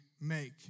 make